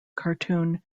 cartoon